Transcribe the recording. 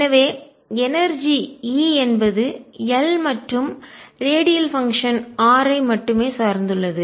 எனவே எனர்ஜிஆற்றல் E என்பது L மற்றும் ரேடியல் பங்ஷன் r ஐ மட்டுமே சார்ந்துள்ளது